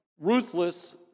ruthless